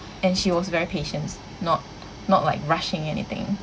and she was very patient not not like rushing anything